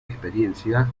experiencia